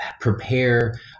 prepare